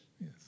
Yes